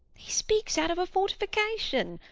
he speaks out of a fortification.